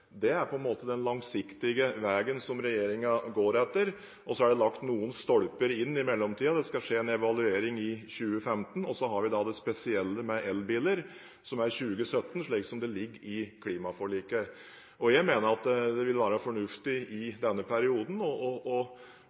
Det er den langsiktige veien som regjeringen går etter, og så er det lagt inn noen stolper i mellomtiden. Det skal skje en evaluering i 2015, og vi har det spesielle med el-biler, som er 2017, slik det ligger i klimaforliket. Jeg mener det vil være fornuftig i denne perioden også å ha stabile rammevilkår, i den forstand at de unntakene som gjelder i dag, bør vurderes i den sammenheng, og